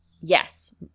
Yes